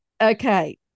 Okay